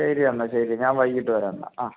ശരി എന്നാൽ ശരി ഞാൻ വൈകിട്ട് വരാം എന്നാൽ ആ